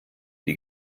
die